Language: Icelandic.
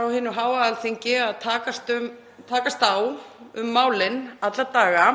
á hinu háa Alþingi tökumst á um málin alla daga